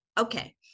Okay